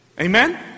Amen